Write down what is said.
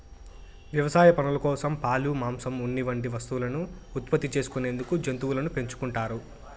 వ్యవసాయ పనుల కోసం, పాలు, మాంసం, ఉన్ని వంటి వస్తువులను ఉత్పత్తి చేసుకునేందుకు జంతువులను పెంచుకుంటారు